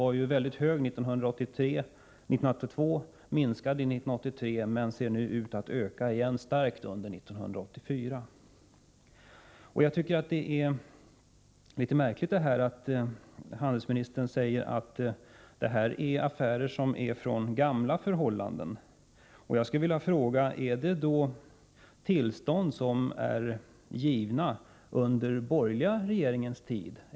Den var mycket hög 1982, minskade 1983 och ser nu ut att öka starkt under 1984. Det är litet märkligt att utrikeshandelsministern säger att det är fråga om affärer som rör tidigare förhållanden. Jag skulle vilja fråga om det i så fall rör sig om tillstånd som är givna under den borgerliga regeringstiden.